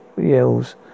yells